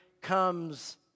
comes